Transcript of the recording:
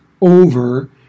over